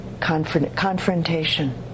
confrontation